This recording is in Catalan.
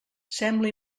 sembla